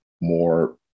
more